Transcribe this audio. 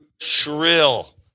Shrill